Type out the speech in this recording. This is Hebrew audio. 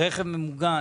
רכב ממוגן